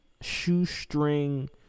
shoestring